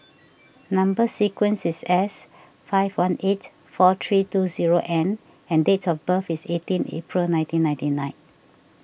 Number Sequence is S five one eight four three two zero N and date of birth is eighteen April nineteen ninety nine